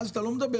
ואז אתה לא צריך